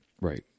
Right